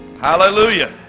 Hallelujah